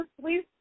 please